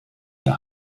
der